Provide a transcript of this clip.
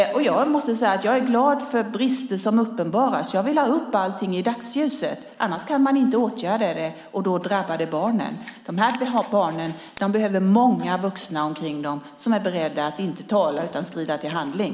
Jag är glad att brister uppenbaras, jag vill ha upp allting i dagsljuset. Annars kan man inte åtgärda det, och då drabbar det barnen. De här barnen behöver många vuxna omkring sig som är beredda att inte bara tala utan skrida till handling.